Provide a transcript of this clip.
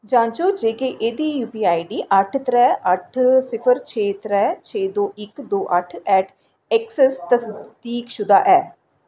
जांचो जे क्या एह्दी यूपीआई आईडी अट्ठ त्रै अट्ठ सिफर छे त्रै छे दो इक दो अट्ठ ऐट ऐक्सिस तसदीकशुदा ऐ